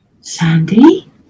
Sandy